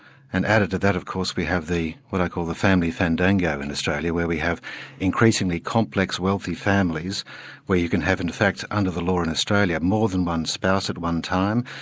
and added to that, of course, we have the what i call the family fandango in australia, where we have increasingly complex wealthy families where you can have in fact under the law in australia, more than one spouse at one time,